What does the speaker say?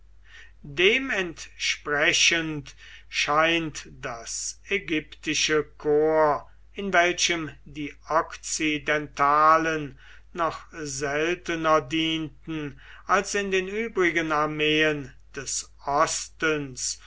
entsprechend scheint das ägyptische korps in welchem die okzidentalen noch seltener dienten als in den übrigen armeen des ostens